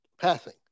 passing